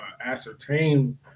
ascertain